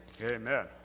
Amen